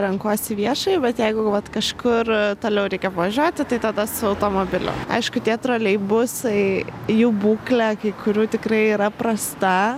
renkuosi viešai bet jeigu vat kažkur toliau reikia važiuoti tai tada su automobiliu aišku tie troleibusai jų būklė kai kurių tikrai yra prasta